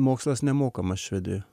mokslas nemokamas švedijoj